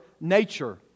nature